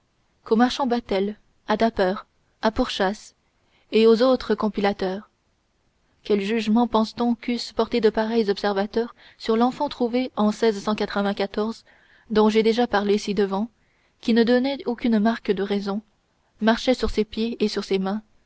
qu'au marchand battel à dapper à purchass et aux autres compilateurs quel jugement pense-t-on qu'eussent porté de pareils observateurs sur l'enfant trouvé en dont j'ai déjà parlé ci-devant qui ne donnait aucune marque de raison marchait sur ses pieds et sur ses mains